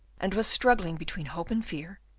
and was struggling between hope and fear,